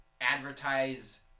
advertise